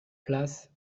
place